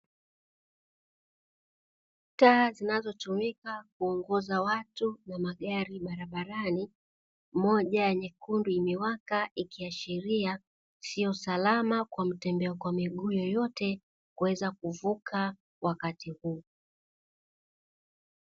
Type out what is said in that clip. Taa zinazotumika kuongoza watu na magari barabarani, moja nyekundu imewaka ikiashiria siyo salama kwa mtembea kwa miguu yoyote kuweza kuvuka wakati huu.